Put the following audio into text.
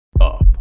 up